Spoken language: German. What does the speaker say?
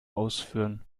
ausführen